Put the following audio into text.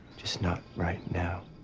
just not right now.